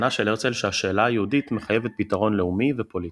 בהבנה של הרצל שהשאלה היהודית מחייבת פתרון לאומי ופוליטי.